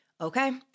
Okay